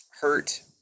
hurt